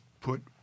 put